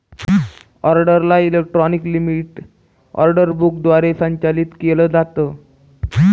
ऑर्डरला electronic limit order book द्वारे संचालित केलं जातं